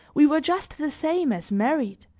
we were just the same as married,